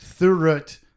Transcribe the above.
thurut